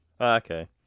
Okay